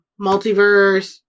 multiverse